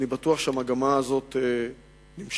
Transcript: ואני בטוח שהמגמה הזאת נמשכת.